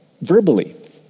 verbally